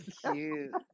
cute